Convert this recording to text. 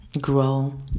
Grow